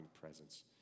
presence